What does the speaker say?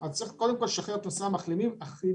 צריך, קודם כל, לשחרר את נושא המחלימים בדחיפות